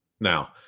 Now